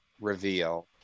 reveal